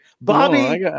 Bobby